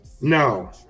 No